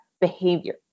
behavior